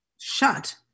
shut